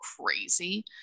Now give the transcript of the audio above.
crazy